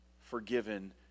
forgiven